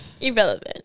irrelevant